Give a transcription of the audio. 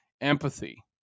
empathy